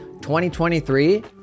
2023